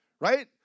right